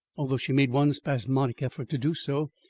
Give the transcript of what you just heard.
although she made one spasmodic effort to do so.